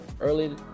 early